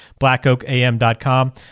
blackoakam.com